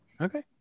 Okay